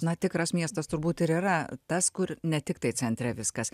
na tikras miestas turbūt ir yra tas kur ne tiktai centre viskas